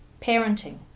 parenting